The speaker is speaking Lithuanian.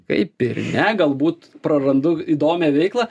kaip ir ne galbūt prarandu įdomią veiklą